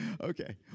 Okay